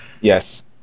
Yes